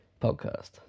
Podcast